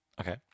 Okay